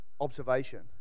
observation